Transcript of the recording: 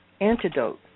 antidote